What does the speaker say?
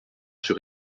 sur